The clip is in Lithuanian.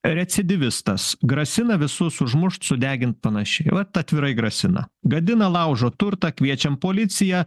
recidyvistas grasina visus užmušt sudegint panašiai vat atvirai grasina gadina laužo turtą kviečiam policiją